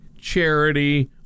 charity